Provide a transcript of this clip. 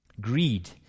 Greed